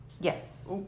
Yes